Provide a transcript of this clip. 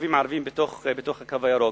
יישובים ערביים בתוך "הקו הירוק",